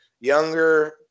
younger